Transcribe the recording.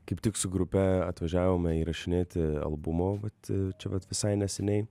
kaip tik su grupe atvažiavome įrašinėti albumo vat čia vat visai neseniai